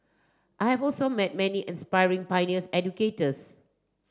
I have also met many inspiring pioneer educators